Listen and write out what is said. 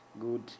good